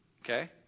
Okay